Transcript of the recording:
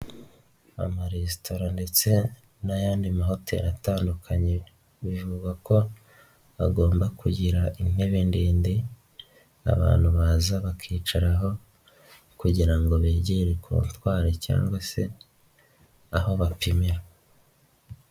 Amaresitora ndetse n'ayandi mahoteli atandukanye, bivugwa ko bagomba kugira intebe ndende, abantu baza bakicaraho kugira ngo begere kontwari cyangwa se aho bapimira.